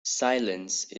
silence